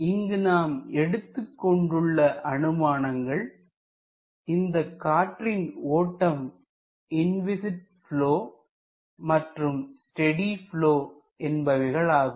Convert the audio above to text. இங்கு நாம் எடுத்துக் கொண்டுள்ள அனுமானங்கள் இந்த காற்றின் ஓட்டம் இன்விஸிட் ப்லொ மற்றும் ஸ்டெடி ப்லொ என்பவைகளாகும்